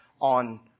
on